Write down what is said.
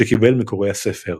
שקיבל מקוראי הספר.